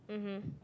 mmhmm